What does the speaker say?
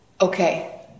Okay